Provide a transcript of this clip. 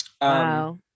Wow